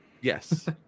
yes